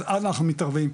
אז אנחנו מתערבים,